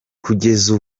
kugeza